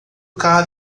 cara